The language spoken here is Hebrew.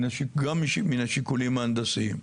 גם מן השיקולים ההנדסיים.